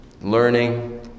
learning